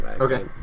okay